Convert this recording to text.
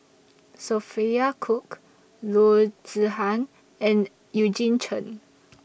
Sophia Cooke Loo Zihan and Eugene Chen